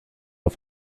auf